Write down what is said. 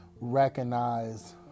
recognize